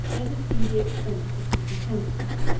let us see the expense of these utensils.